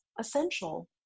essential